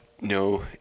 No